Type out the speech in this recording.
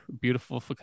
beautiful